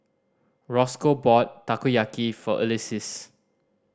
Rosco bought Takoyaki for Ulysses